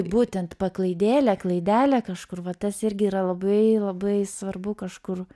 būtent paklaidėlė klaidelė kažkur vat tas irgi yra labai labai svarbu kažkur